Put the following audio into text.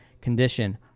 condition